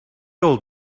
old